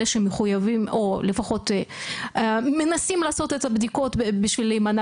אלה שמחויבים או לפחות מנסים לעשות את הבדיקות בשביל להימנע